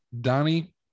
Donnie